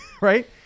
right